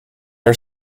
are